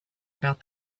about